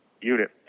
unit